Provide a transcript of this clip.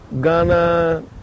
Ghana